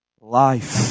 life